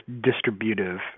distributive